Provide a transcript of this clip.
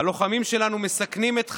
הלוחמים שלנו מסכנים את חייהם,